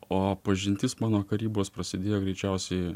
o pažintis mano karybos prasidėjo greičiausiai